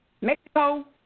Mexico